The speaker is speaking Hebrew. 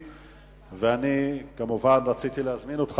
נגד, אין, ונמנעים,